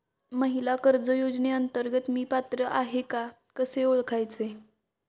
महिला कर्ज योजनेअंतर्गत मी पात्र आहे का कसे ओळखायचे?